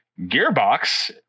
Gearbox